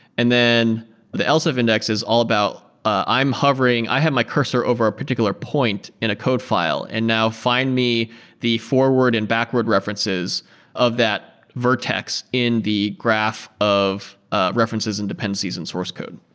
and then the else if index is all about i'm hovering, i have my cursor over a particular point in a code file and now find me the forward and backward references of that vertex in the graph of ah references and dependencies in the source code.